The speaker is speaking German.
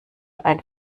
ein